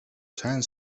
сайн